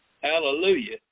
Hallelujah